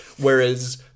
Whereas